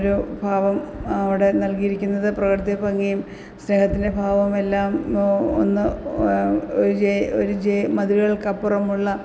ഒരു ഭാവം അവിടെ നൽകിയിരിക്കുന്നത് പ്രകൃതി ഭംഗിയും സ്നേഹത്തിന്റെ ഭാവവും എല്ലാം ഒന്ന് ഒരു ഒരു മതിലുകള്ക്ക് അപ്പുറമുള്ള